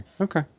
Okay